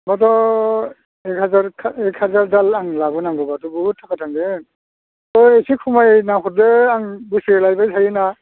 बावथ' एखहाजार एखहाजार दाल आं लाबो नांगौ बाथ' बहुद थाखा थांगोन एसे खमायना हरदो आं बोसोरै लायबाय थायो ना